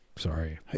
Sorry